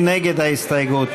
מי נגד ההסתייגות?